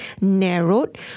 narrowed